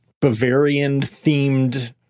Bavarian-themed